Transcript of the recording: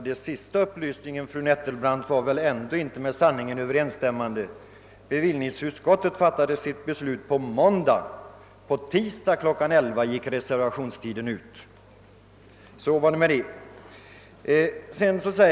Herr talman! Fru Nettelbrandts sista upplysning var väl ändå inte med sanningen överensstämmande. Bevillningsutskottet fattade sitt beslut på måndag och på tisdag kl. 11 gick reservationstiden ut. Så var det med den saken.